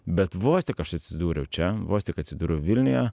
bet vos tik aš atsidūriau čia vos tik atsidūriau vilniuje